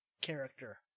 character